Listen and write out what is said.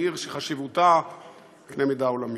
היא עיר חשובה בקנה מידה עולמי.